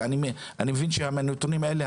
ואני מבין שהנתונים האלה,